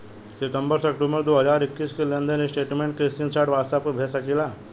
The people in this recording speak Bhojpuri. सितंबर से अक्टूबर दो हज़ार इक्कीस के लेनदेन स्टेटमेंट के स्क्रीनशाट व्हाट्सएप पर भेज सकीला?